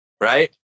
right